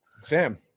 Sam